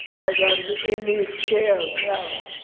as i'm in these chairs now,